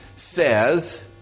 Says